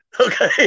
Okay